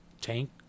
tank